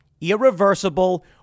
irreversible